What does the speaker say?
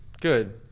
Good